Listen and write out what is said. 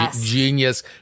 genius